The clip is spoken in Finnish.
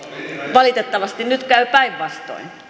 valitettavasti nyt käy päinvastoin